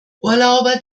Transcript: urlauber